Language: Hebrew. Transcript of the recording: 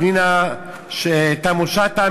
פנינה תמנו-שטה,